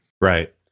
Right